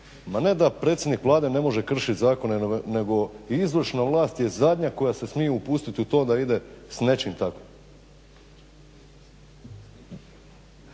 Ma ne da predsjednik Vlade ne može kršiti zakone, nego izvršna vlast je zadnja koja se smije upustiti u to da ide s nečim takvim.